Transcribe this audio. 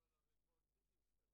החליטה שלא כדאי לה לחסוך באופן שיטתי,